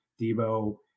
Debo